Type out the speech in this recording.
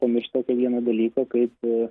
pamiršta tą vieną dalyką kaip